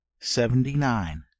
Seventy-nine